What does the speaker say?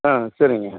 ஆ சரிங்க